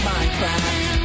Minecraft